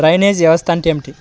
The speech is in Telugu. డ్రైనేజ్ వ్యవస్థ అంటే ఏమిటి?